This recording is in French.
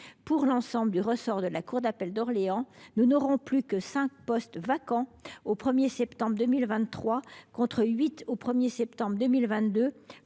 pour l’ensemble du ressort de la cour d’appel d’Orléans, nous ne compterons plus que cinq postes vacants au 1 septembre 2023, contre huit au 1 septembre 2022,